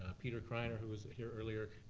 ah peter kreiner who was here earlier,